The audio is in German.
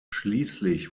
schließlich